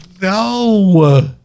No